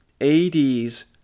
ADs